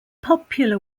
popular